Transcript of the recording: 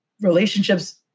relationships